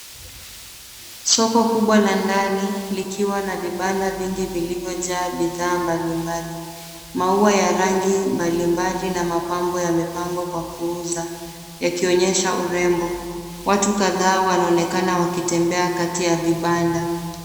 Soko kubwa la ndani, likiwa na vibanda vingi vilivyojaa bidhaa mbalimbali, maua ya rangi mbalimbali na mapambo yamepangwa kwa kuuza, yakionyesha urembo, watu kadhaa wanaonekana wakitembea kati ya vibanda.